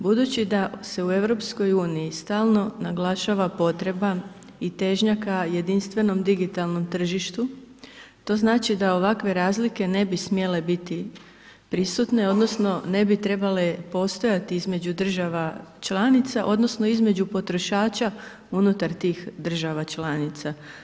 Budući da se u Europskoj uniji stalno naglašava potreba i težnja ka jedinstvenom digitalnom tržištu, to znači da ovakve razlike ne bi smjele biti prisutne, odnosno ne bi trebale postojati između država članica, odnosno između potrošača unutar tih država članica.